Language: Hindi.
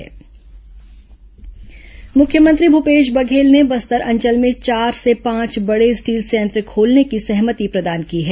बस्तर स्टील प्लांट मुख्यमंत्री भूपेश बघेल ने बस्तर अंचल में चार से पांच बड़े स्टील संयंत्र खोलने की सहमति प्रदान की है